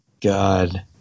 God